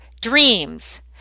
dreams